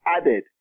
added